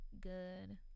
good